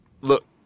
Look